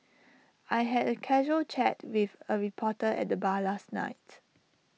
I had A casual chat with A reporter at the bar last night